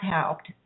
helped